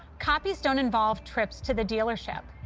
copies don't involve trips to the dealership.